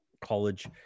College